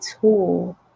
tool